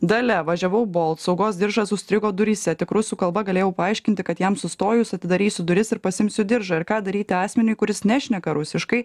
dalia važiavau bolt saugos diržas užstrigo duryse tik rusų kalba galėjau paaiškinti kad jam sustojus atidarysiu duris ir pasiimsiu diržą ir ką daryti asmeniui kuris nešneka rusiškai